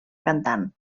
cantant